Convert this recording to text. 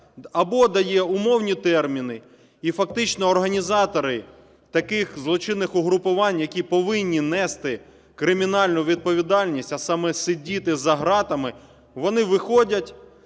або дає умовні терміни. І фактично організатори таких злочинних угрупувань, які повинні нести кримінальну відповідальність, а саме сидіти за ґратами, вони виходять